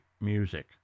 music